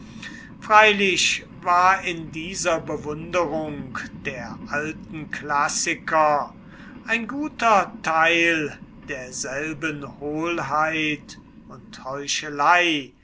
freilich war in dieser bewunderung der alten klassiker ein guter teil derselben hohlheit und heuchelei